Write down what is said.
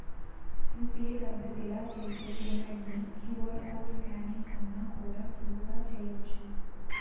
UPI పద్దతిల చేసి payment ని క్యూ.ఆర్ కోడ్ స్కానింగ్ కన్నా కూడా సులువుగా చేయచ్చు